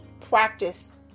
practice